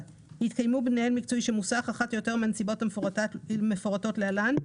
התקיימו במנהל מקצועי של מוסך אחת או יותר מהנסיבות המפורטות להלן,